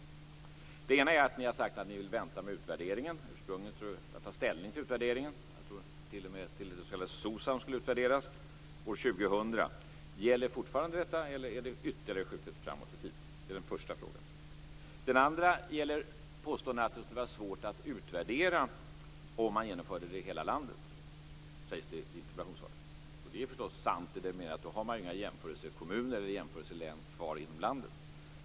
Först gäller det att ni har sagt att ni vill vänta med att ta ställning till utvärderingen, jag tror t.o.m. att det s.k. SOCSAM skulle utvärderas, till år 2000. Gäller fortfarande detta eller är det skjutet framåt i tiden ytterligare? Det är den första frågan. Den andra gäller påståendet att det skulle vara svårt att utvärdera om man genomförde det i hela landet. Så sägs det i interpellationssvaret. Det är förstås sant i den meningen att man då inte har några jämförelsekommuner eller jämförelselän kvar inom landet.